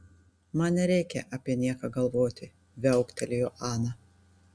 man nereikia apie nieką galvoti viauktelėjo ana